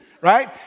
right